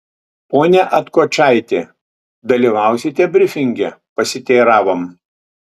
pone atkočaiti dalyvausite brifinge pasiteiravom